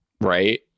right